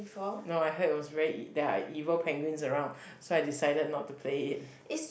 no I heard it was very e~ there are evil penguins around so I decided not to play it